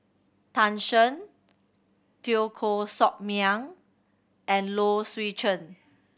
Tan Shen Teo Koh Sock Miang and Low Swee Chen